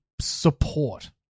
support